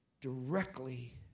directly